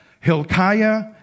Hilkiah